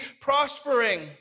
prospering